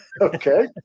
Okay